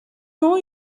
know